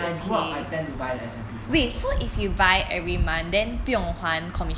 when I grew up I tend to buy the S&P five hundred so